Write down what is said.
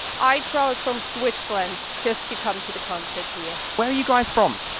i travelled from switzerland just to come to the concert here. where are you guys from?